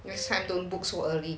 next time don't book so early